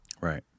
Right